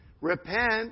Repent